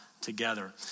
together